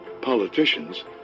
politicians